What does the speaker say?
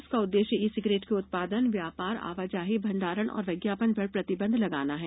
इसका उद्देश्य e cigarette के उत्पादन व्यापार आवाजाही भंडारण और विज्ञापन पर प्रतिबंध लगाना है